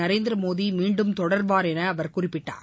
நரேந்திரமோடி மீண்டும் தொடருவார் என அவர் குறிப்பிட்டார்